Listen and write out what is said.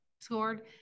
scored